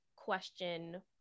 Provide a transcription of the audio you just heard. Question